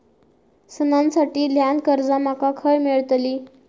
सणांसाठी ल्हान कर्जा माका खय मेळतली?